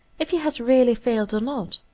if he has really failed or not?